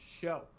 show